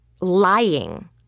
lying